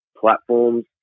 platforms